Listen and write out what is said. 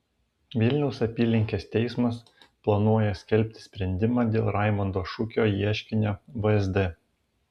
vilniaus apylinkės teismas planuoja skelbti sprendimą dėl raimondo šukio ieškinio vsd